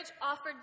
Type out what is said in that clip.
offered